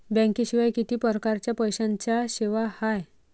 बँकेशिवाय किती परकारच्या पैशांच्या सेवा हाय?